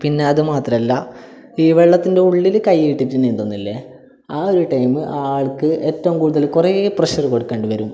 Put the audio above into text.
പിന്നെ അതുമാത്രമല്ല ഈ വെള്ളത്തിൻ്റെ ഉള്ളില് കൈയിട്ടിട്ട് നീന്തുന്നില്ലേ ആ ഒരു ടൈമ് ആ ആൾക്ക് ഏറ്റവും കൂടുതല് കുറേ പ്രഷറ് കൊടുക്കേണ്ടി വരും